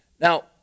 Now